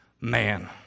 man